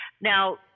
now